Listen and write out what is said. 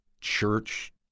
church